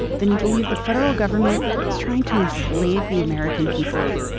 then you believe the federal government is trying to enslave the american people.